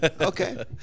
Okay